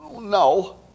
No